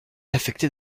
affectait